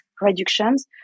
reductions